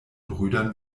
brüdern